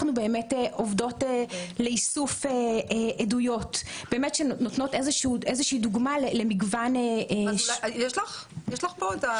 עובדות באיסוף עדויות שנותנות דוגמה למגוון -- יש לך פה?